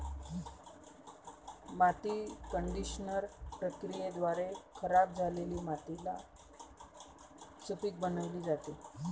माती कंडिशनर प्रक्रियेद्वारे खराब झालेली मातीला सुपीक बनविली जाते